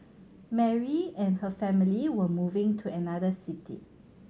Mary and her family were moving to another city